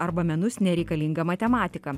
arba menus nereikalinga matematika